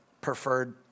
Preferred